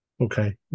Okay